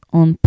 on